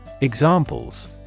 Examples